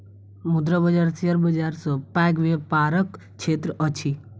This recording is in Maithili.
मुद्रा बाजार शेयर बाजार सॅ पैघ व्यापारक क्षेत्र अछि